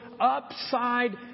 upside